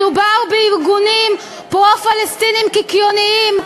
מדובר בארגונים פרו-פלסטיניים קיקיוניים,